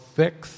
fix